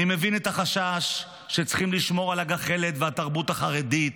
אני מבין את החשש שצריכים לשמור על הגחלת והתרבות החרדית,